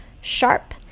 sharp